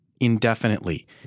indefinitely